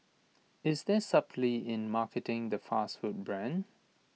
is there subtlety in marketing the fast food brand